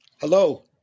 Hello